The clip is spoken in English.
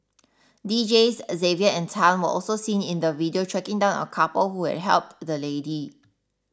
Deejays Xavier and Tan were also seen in the video tracking down a couple who had helped the lady